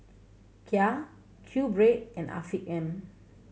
Kia QBread and Afiq M